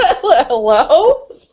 Hello